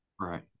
Right